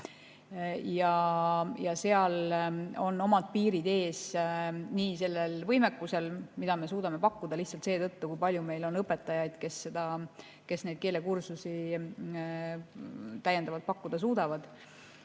Ja seal on omad piirid ees nii sellel võimekusel, mida me suudame pakkuda – lihtsalt seetõttu, kui palju meil on õpetajaid, kes neid keelekursusi täiendavalt pakkuda suudavad.